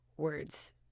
words